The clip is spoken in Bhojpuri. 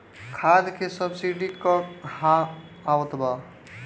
खाद के सबसिडी क हा आवत बा?